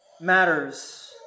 matters